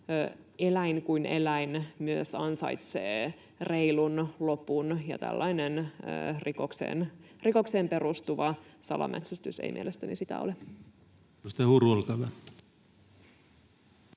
eläin kuin eläin myös ansaitsee reilun lopun, ja tällainen rikokseen perustuva salametsästys ei mielestäni sitä ole.